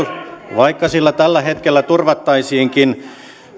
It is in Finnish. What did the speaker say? vaikka sillä tällä hetkellä turvattaisiinkin